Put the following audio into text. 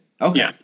Okay